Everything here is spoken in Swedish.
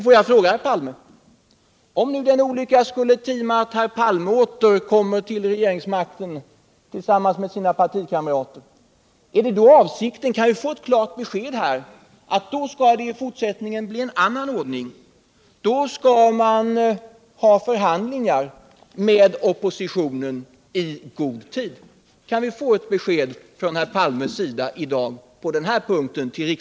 Får jag fråga herr Palme: Om nu den olyckan skulle tima att herr Palme och hans partikamrater kommer till regeringsmakten, är det då deras avsikt att det i fortsättningen skall bli en annan ordning, att man skall ha förhandlingar med oppositionen i god tid? Kan vi i dag få ett besked av herr Palme på den punkten?